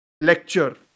lecture